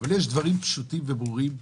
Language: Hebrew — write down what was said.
אבל יש דברים פשוטים וברורים,